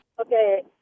Okay